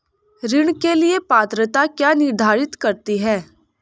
ऋण के लिए पात्रता क्या निर्धारित करती है?